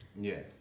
Yes